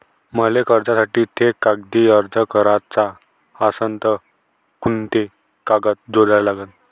मले कर्जासाठी थे कागदी अर्ज कराचा असन तर कुंते कागद जोडा लागन?